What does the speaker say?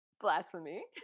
Blasphemy